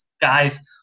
guys